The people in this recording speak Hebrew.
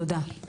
תודה.